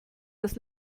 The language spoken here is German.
das